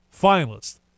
finalists